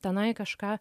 tenai kažką